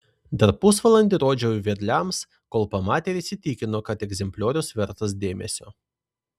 dar pusvalandį rodžiau vedliams kol pamatė ir įsitikino kad egzempliorius vertas dėmesio